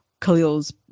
Khalil's